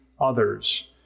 others